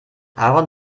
aaron